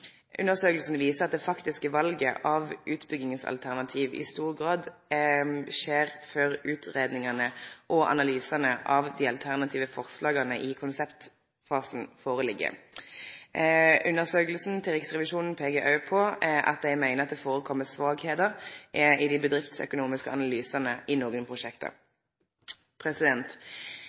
undersøkelsen viser at det faktiske valget av utbyggingsalternativ i stor grad skjer før utredningene og analysene av de alternative forslagene i konseptfasen foreligger.» Når det har gått så galt med denne fusjonsprosessen ved Oslo universitetssykehus, skyldes det etter statsrådens oppfatning at det